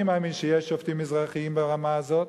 אני מאמין שיש שופטים מזרחיים ברמה הזאת,